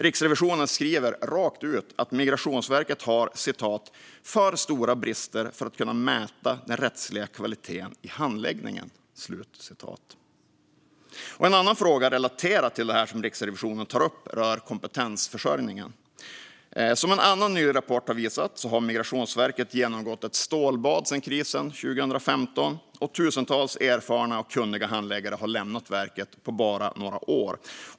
Riksrevisionen skriver rakt ut att Migrationsverket har för stora brister för att kunna mäta den rättsliga kvaliteten i handläggningen. En annan fråga relaterad till det som Riksrevisionen tar upp rör kompetensförsörjningen. Som en annan ny rapport har visat har Migrationsverket genomgått ett stålbad sedan krisen 2015, och tusentals erfarna och kunniga handläggare har lämnat verket på bara några år.